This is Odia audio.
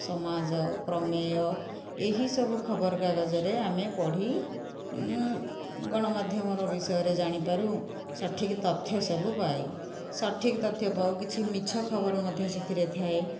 ସମାଜ ପ୍ରମେୟ ଏହିସବୁ ଖବରକାଗଜରେ ଆମେ ପଢ଼ି ଗଣମାଧ୍ୟମର ବିଷୟରେ ଜାଣିପାରୁ ସଠିକ୍ ତଥ୍ୟ ସବୁ ପାଉ ସଠିକ୍ ତଥ୍ୟ ପାଉ କିଛି ମିଛ ଖବର ମଧ୍ୟ ସେଥିରେ ଥାଏ